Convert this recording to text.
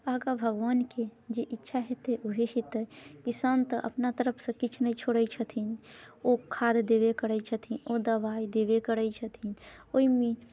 आगा भगवानके जे इच्छा हेतै ओहे हेतै किसान तऽ अपना तरफसँ किछु नहि छोड़ै छथिन ओ खाद देबे करै छथिन ओ दबाइ देबे करै छथिन ओइमे